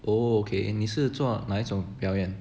oh okay 你是做哪一种表演